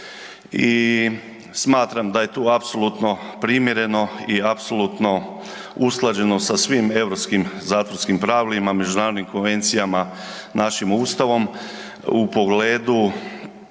i smatram da je tu apsolutno primjereno i apsolutno usklađeno sa svim europskih zatvorskim pravilima, međunarodnim konvencijama, našim Ustavom u pogledu